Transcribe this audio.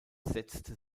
setzte